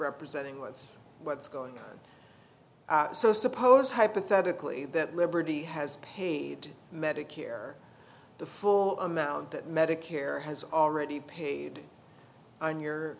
representing what's what's going out so suppose hypothetically that liberty has paid medicare the full amount that medicare has already paid on your